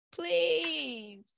please